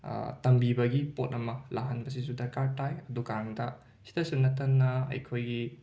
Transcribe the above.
ꯇꯝꯕꯤꯕꯒꯤ ꯄꯣꯠ ꯑꯃ ꯂꯥꯛꯍꯟꯕꯁꯤꯁꯨ ꯗꯔꯀꯥꯔ ꯇꯥꯏ ꯑꯗꯨꯀꯥꯟꯗ ꯁꯤꯗꯁꯨ ꯅꯠꯇꯅ ꯑꯩꯈꯣꯏꯒꯤ